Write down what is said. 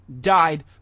died